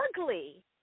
ugly